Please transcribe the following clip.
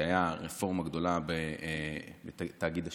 כשהייתה רפורמה גדולה בתאגיד השידור,